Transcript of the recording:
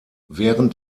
während